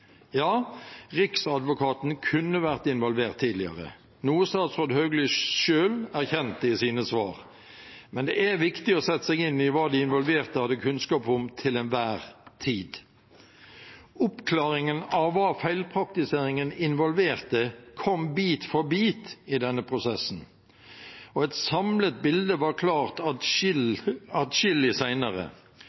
Ja, Riksadvokaten kunne vært involvert tidligere, noe statsråd Hauglie selv erkjente i sine svar, men det er viktig å sette seg inn i hva de involverte hadde kunnskap om til enhver tid. Oppklaringen av hva feilpraktiseringen involverte, kom bit for bit i denne prosessen, og et samlet bilde var klart